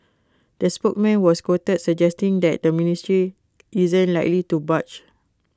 the spokesman was quoted suggesting that the ministry isn't likely to budge